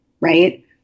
right